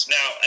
Now